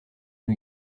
new